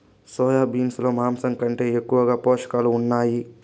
soya beans లో మాంసం కంటే ఎక్కువగా పోషకాలు ఉన్నాయి